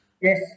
Yes